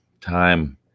Time